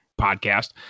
podcast